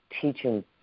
teaching